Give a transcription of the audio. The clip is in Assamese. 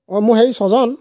অঁ মোৰ হেৰি ছজন